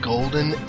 Golden